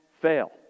fail